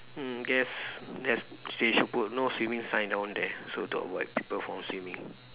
mm yes there's they should put no swimming sign down there so stop like people from swimming